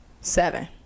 seven